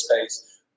space